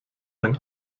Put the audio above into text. ein